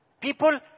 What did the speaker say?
People